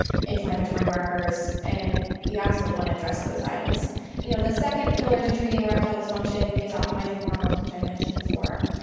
inflammatory markers and you absolutely want to address those items you know the second pillar to treating erectile dysfunction is optimizing hormones, which i mentioned before.